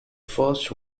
first